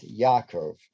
Yaakov